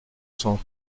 cents